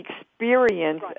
experience